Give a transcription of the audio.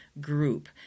group